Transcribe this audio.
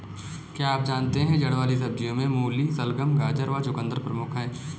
क्या आप जानते है जड़ वाली सब्जियों में मूली, शलगम, गाजर व चकुंदर प्रमुख है?